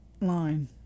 line